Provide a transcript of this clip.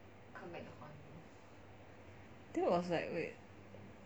that was like wait